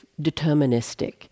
deterministic